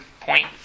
point